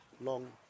long